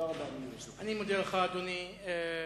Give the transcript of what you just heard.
אני מודה לך, אדוני.